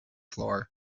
floor